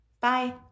Bye